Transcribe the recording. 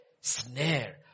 snare